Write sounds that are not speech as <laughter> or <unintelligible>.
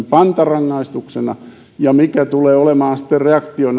<unintelligible> pantarangaistuksena ja mikä tulee olemaan sitten reaktio <unintelligible>